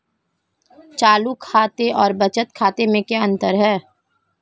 चालू खाते और बचत खाते में क्या अंतर है?